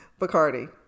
Bacardi